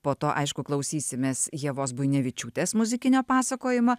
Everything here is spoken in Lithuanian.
po to aišku klausysimės ievos buinevičiūtės muzikinio pasakojimo